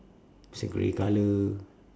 it's like grey colour